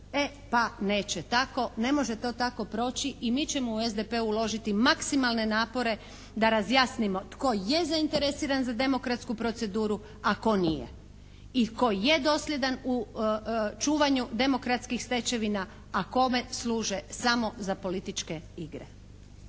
E pa neće tako. Ne može to tako proći i mi ćemo u SDP-u uložiti maksimalne napore da razjasnimo tko je zainteresiran za demokratsku proceduru a tko nije. I tko je dosljedan u čuvanju demokratskih stečevina a kome služe samo za političke igre.